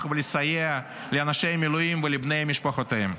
ולסייע לאנשי המילואים ולבני משפחותיהם.